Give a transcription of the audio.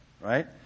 right